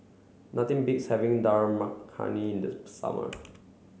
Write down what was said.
nothing beats having Dal Makhani in the summer